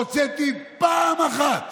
הוצאתי פעם אחת